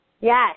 Yes